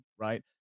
Right